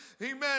Amen